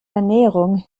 ernährung